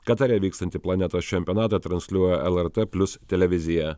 katare vyksiantį planetos čempionatą transliuoja lrt plius televizija